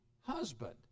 husband